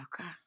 Okay